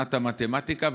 מבחינת המתמטיקה.